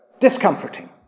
discomforting